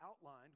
outlined